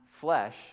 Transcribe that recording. flesh